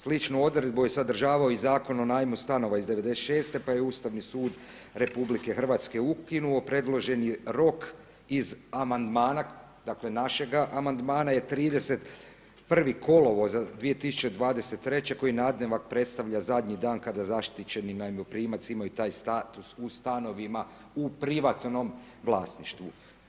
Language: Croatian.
Sličnu odredbu je sadržavao i Zakon o najmu stanova iz '96. pa je Ustavni sud RH ukinuo predloženi rok iz amandmana, dakle našega amandmana je 31. kolovoza 2023. koji nadnevak predstavlja zadnji dan kada zaštićeni najmoprimac imaju taj status u stanovima u privatnom vlasništvu.